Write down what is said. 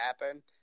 happen